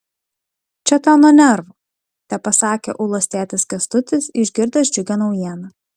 čia tau nuo nervų tepasakė ulos tėtis kęstutis išgirdęs džiugią naujieną